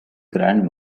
grand